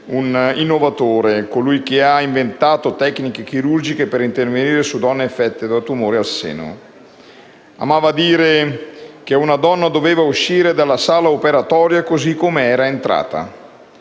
un innovatore, colui che ha inventato tecniche chirurgiche per intervenire su donne affette da tumore al seno. Veronesi amava dire che una donna doveva uscire dalla sala operatoria così come era entrata.